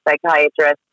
psychiatrist